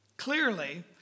clearly